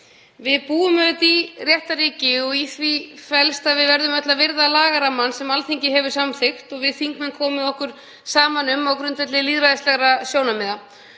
Við búum í réttarríki og í því felst að við verðum öll að virða lagarammann sem Alþingi hefur samþykkt og við þingmenn komið okkur saman um á grundvelli lýðræðislegra sjónarmiða